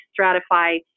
stratify